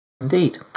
Indeed